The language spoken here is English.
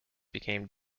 became